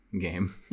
game